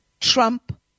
Trump